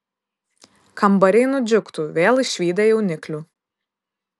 kambariai nudžiugtų vėl išvydę jauniklių